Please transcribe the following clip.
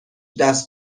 دست